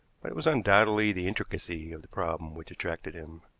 but it was undoubtedly the intricacy of the problem which attracted him.